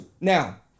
now